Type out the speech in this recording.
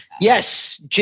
Yes